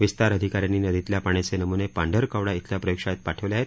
विस्तार अधिकाऱ्यांनी नदीतल्या पाण्याचे नम्ने पांढरकवडा इथल्या प्रयोगशाळेत पाठविले आहेत